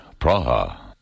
Praha